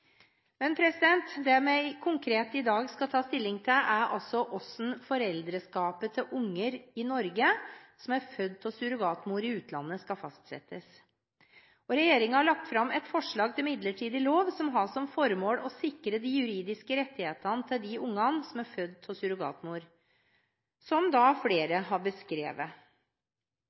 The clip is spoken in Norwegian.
Det vi i dag konkret skal ta stilling til, er altså hvordan foreldreskapet til unger i Norge som er født av surrogatmor i utlandet, skal fastsettes. Regjeringen har lagt fram et forslag til midlertidig lov som har som formål å sikre de juridiske rettighetene til de ungene som er født av surrogatmor – som flere har beskrevet.